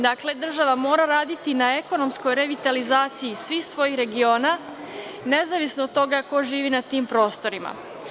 Dakle, država mora raditi na ekonomskoj revitalizaciji svih svoji regiona, nezavisno od toga ko živi na tim prostorima.